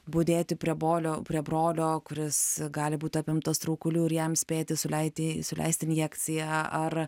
budėti prie bolio prie brolio kuris gali būti apimtas traukulių ir jam spėti suleiti suleisti injekciją ar